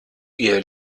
ihr